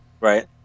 Right